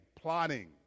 plotting